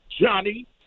Johnny